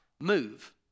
move